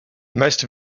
most